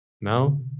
Now